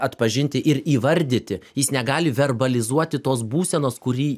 atpažinti ir įvardyti jis negali verbalizuoti tos būsenos kurį